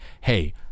hey